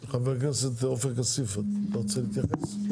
חבר הכנסת עופר כסיף, אתה רוצה להתייחס?